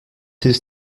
his